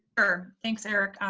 ah thanks eric, um